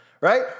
Right